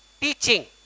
teaching